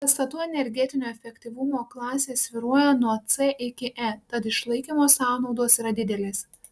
pastatų energetinio efektyvumo klasės svyruoja nuo c iki e tad išlaikymo sąnaudos yra didelės